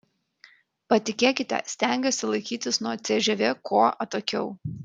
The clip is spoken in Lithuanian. patikėkite stengiuosi laikytis nuo cžv kuo atokiau